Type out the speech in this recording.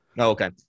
okay